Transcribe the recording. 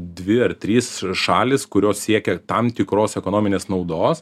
dvi ar trys šalys kurios siekia tam tikros ekonominės naudos